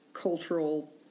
cultural